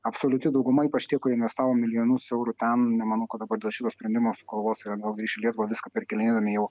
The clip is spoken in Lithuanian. absoliuti dauguma ypač tie kurie investavo milijonus eurų ten nemanau kad dabar dėl šito sprendimo sugalvos ir atgal grįš į lietuvą viską perkelinėdami jau